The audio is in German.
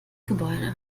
gebäude